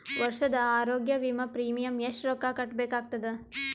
ವರ್ಷದ ಆರೋಗ್ಯ ವಿಮಾ ಪ್ರೀಮಿಯಂ ಎಷ್ಟ ರೊಕ್ಕ ಕಟ್ಟಬೇಕಾಗತದ?